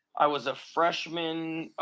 i was a freshman.